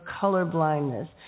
colorblindness